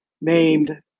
named